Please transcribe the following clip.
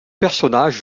personnages